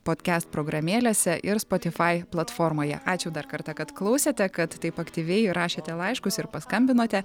potkest programėlėse ir spotyfai platformoje ačiū dar kartą kad klausėte kad taip aktyviai rašėte laiškus ir paskambinote